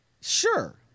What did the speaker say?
Sure